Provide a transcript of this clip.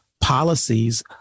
policies